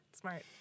Smart